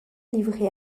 livrés